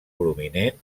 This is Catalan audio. prominent